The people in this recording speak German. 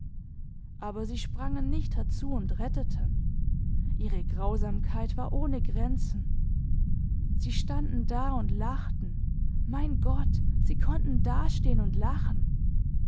aber sie sprangen nicht herzu und retteten ihre grausamkeit war ohne grenzen sie standen da und lachten mein gott sie konnten dastehn und lachen